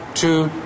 two